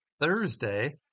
Thursday